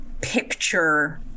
picture